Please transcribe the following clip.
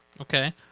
Okay